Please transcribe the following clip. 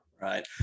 Right